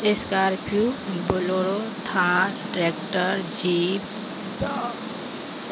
Scorpio Bolero تھان tractor jeep